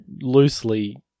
loosely